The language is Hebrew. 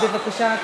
זה בסדר.